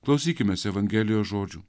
klausykimės evangelijos žodžių